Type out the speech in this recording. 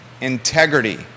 integrity